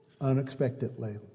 unexpectedly